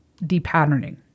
depatterning